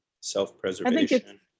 self-preservation